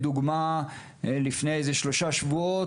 לפני שלושה שבועות,